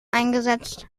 eingesetzt